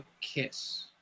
kiss